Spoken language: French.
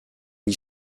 n’y